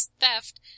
theft